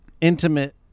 intimate